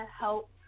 help